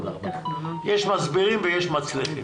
יש מסבירים ויש מצליחים.